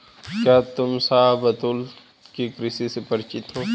क्या तुम शाहबलूत की कृषि से परिचित हो?